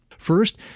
First